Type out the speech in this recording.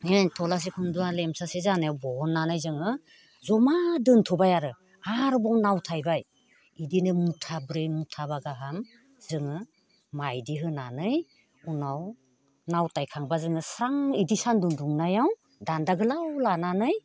बे थलासे खुन्दुङा लेमसासे जानायाव दिहुननानै जोङो जमा दोनथ'बाय आरो आरोबाव नावथायबाय बिदिनो मुथाब्रै मुथाबा गाहाम जोङो माइदि होनानै उनाव नावथायखांबा जोङो स्रां बिदि सानदुं दुंनायाव दान्दा गोलाव लानानै